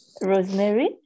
Rosemary